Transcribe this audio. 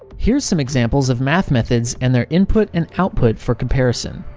here's some examples of math methods and their input and output for comparison.